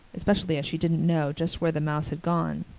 especially as she didn't know just where the mouse had gone.